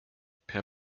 per